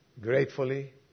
Gratefully